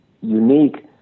unique